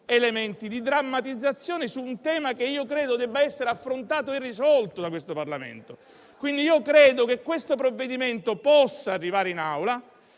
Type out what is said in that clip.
elementi di drammatizzazione su un tema che credo debba essere affrontato e risolto da questo Parlamento. Credo che il provvedimento possa arrivare in Aula